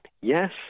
Yes